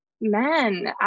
men